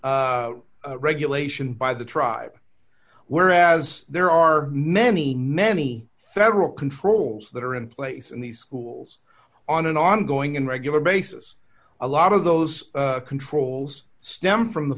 regulation by the tribe whereas there are many many federal controls that are in place in these schools on an ongoing and regular basis a lot of those controls stem from the